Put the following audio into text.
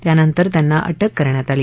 त्यानंतर त्यांना अटक करण्यात आली